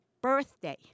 birthday